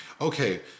Okay